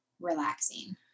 relaxing